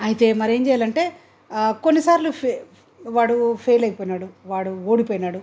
అయితే మరి ఏం చేయాలంటే కొన్నిసార్లు ఫె వాడు ఫెయిల్ ఐపోయాడు వాడు ఓడిపోయాడు